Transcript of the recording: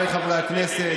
חבריי חברי הכנסת,